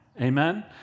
Amen